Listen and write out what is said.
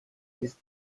ist